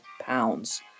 pounds